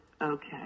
okay